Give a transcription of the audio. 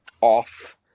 off